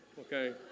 Okay